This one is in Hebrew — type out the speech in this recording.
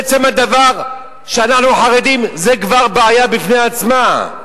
עצם הדבר שאנחנו חרדים, זו כבר בעיה בפני עצמה.